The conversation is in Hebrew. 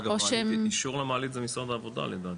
אגב, אישור למעלית זה משרד העבודה לדעתי.